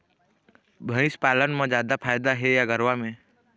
भंइस पालन म जादा फायदा हे या गरवा में?